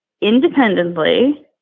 independently